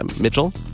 Mitchell